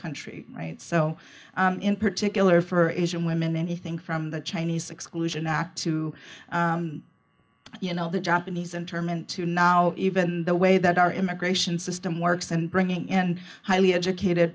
country right so in particular for asian women anything from the chinese exclusion act to you know the japanese interment to now even the way that our immigration system works and bringing in highly educated